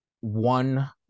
one